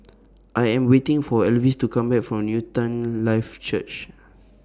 I Am waiting For Elvis to Come Back from Newton Life Church